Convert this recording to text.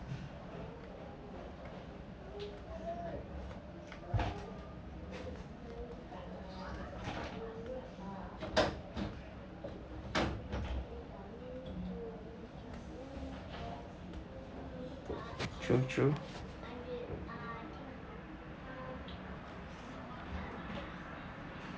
true true